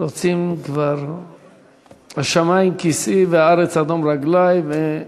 רוצים כבר "השמים כיסאי והארץ הדום רגלי", ואני